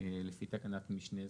לפי תקנת משנה זו.